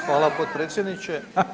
Hvala potpredsjedniče.